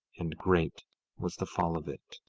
and great was the fall of it.